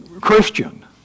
Christian